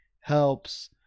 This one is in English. helps